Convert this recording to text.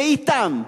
ואתן,